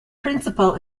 principal